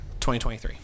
2023